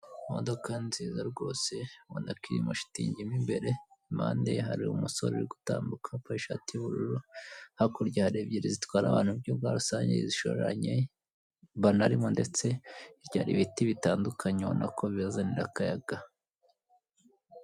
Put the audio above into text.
Imodoka nziza rwose ubona ko irimo shitingi mo imbere impande ye hari umusore uri gutambuka wambaye ishati y'ubururu, hakurya hari ebyiri zitwara abantu mu buryo bwa rusange zishoreranye banarimo ndetse hirya hari ibiti bitandukanye ubona ko bibazanira akayaga.